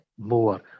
more